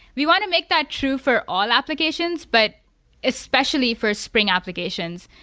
we want to make that true for all applications, but especially for spring applications,